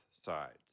sides